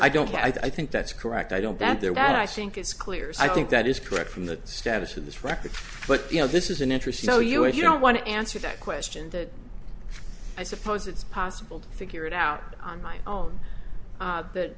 i don't i think that's correct i don't that there were that i think it's clear i think that is correct from the status of this record but you know this is an interesting show you if you don't want to answer that question that i suppose it's possible to figure it out on my own that